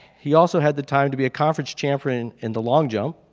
he also had the time to be a conference champion in the long jump.